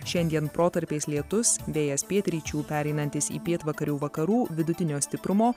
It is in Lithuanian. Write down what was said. šiandien protarpiais lietus vėjas pietryčių pereinantis į pietvakarių vakarų vidutinio stiprumo